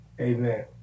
Amen